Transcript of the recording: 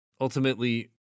Ultimately